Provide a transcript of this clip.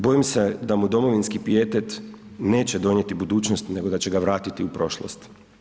Bojim se da mu domovinski pijetet neće donijeti budućnost nego da će ga vratiti u prošlost.